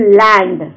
land